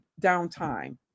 downtime